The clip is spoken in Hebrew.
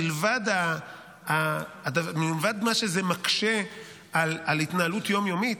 מלבד כמה שזה מקשה על ההתנהלות יום-יומית,